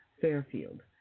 Fairfield